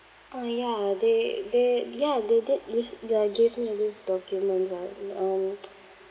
oh ya they they ya they did list they are give me a list documents ah uh um